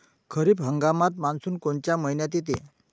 खरीप हंगामात मान्सून कोनच्या मइन्यात येते?